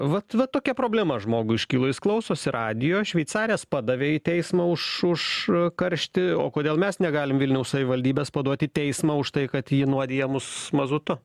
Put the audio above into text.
vat va tokia problema žmogui iškilo jis klausosi radijo šveicarės padavė į teismą už ž karštį o kodėl mes negalim vilniaus savivaldybės paduot į teismą už tai kad ji nuodija mus mazutu